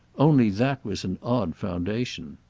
only that was an odd foundation.